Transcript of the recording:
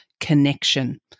connection